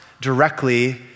directly